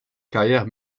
carrière